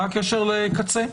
מה הקשר לקצה?